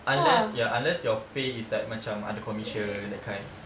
unless ya unless your pay is like macam ada commission that kind